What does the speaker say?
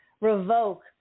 revoke